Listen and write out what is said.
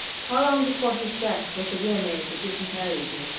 how long before his death was the will made that disinherited you?